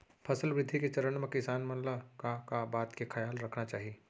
फसल वृद्धि के चरण म किसान मन ला का का बात के खयाल रखना चाही?